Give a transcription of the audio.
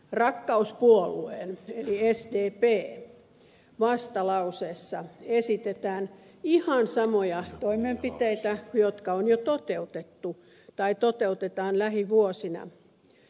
rakkauspuolueen eli sdpn vastalauseessa esitetään ihan samoja toimenpiteitä jotka on jo toteutettu tai toteutetaan lähivuosina